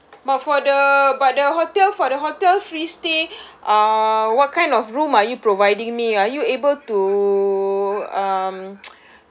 but for the but the hotel for the hotel free stay uh what kind of room are you providing me are you able to um